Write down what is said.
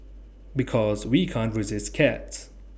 because we can't resist cats